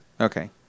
Okay